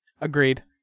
Agreed